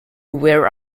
where